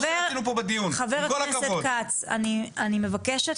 סליחה, רגע, חה"כ כץ, אני מבקשת.